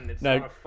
No